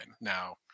now